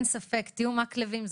ספק, תהיו מקלבים.